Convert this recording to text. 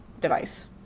device